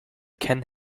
ken